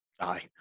Aye